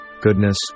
Goodness